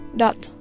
dot